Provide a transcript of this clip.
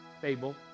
fable